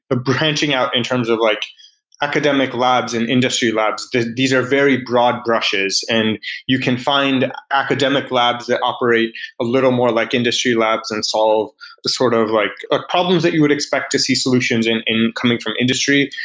the branching out in terms of like academic labs and industry labs, these are very broad brushes and you can find academic labs that operate a little more like industry labs and solve the sort of like ah problems that you would expect to see solutions and coming from industry,